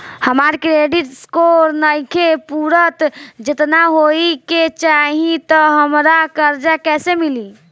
हमार credit score नईखे पूरत जेतना होए के चाही त हमरा कर्जा कैसे मिली?